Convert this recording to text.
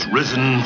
risen